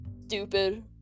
stupid